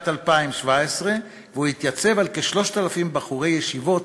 2017 והוא יתייצב על כ-3,000 בחורי ישיבות